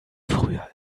früher